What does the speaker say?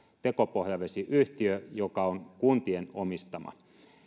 tekopohjavesiyhtiö joka on kuntien omistama